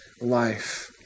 life